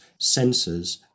sensors